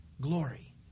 glory